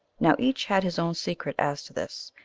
now each had his own secret as to this,